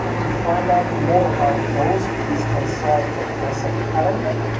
to find out more about those, please consult the proceq calendar,